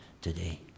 today